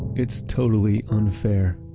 it's totally unfair.